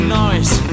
noise